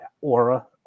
aura